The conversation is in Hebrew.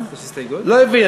אני לא מבין.